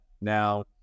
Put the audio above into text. now